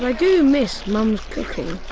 do miss mum's cooking.